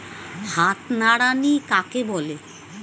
হাত নিড়ানি কাকে বলে?